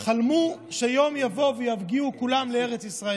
חלם שיום יבוא ויגיעו כולם לארץ ישראל,